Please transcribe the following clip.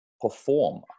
perform